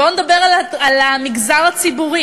בואו נדבר על המגזר הציבורי.